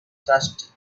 thirsty